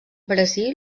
brasil